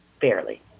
fairly